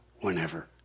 whenever